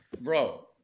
Bro